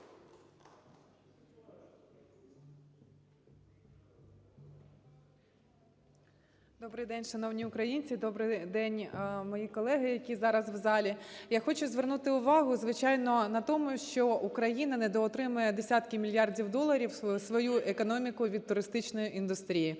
Добрий день, шановні українці! Добрий день, мої колеги, які зараз в залі! Я хочу звернути увагу, звичайно, на тому, що Україна недоотримує десятки мільярдів доларів в свою економіку від туристичної індустрії.